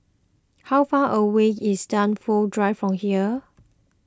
how far away is Dunsfold Drive from here